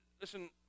Listen